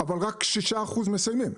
אבל רק 6% מסיימים,